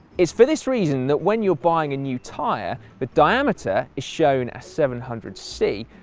it's for this reason that when you're buying a new tyre, the diameter is shown as seven hundred c,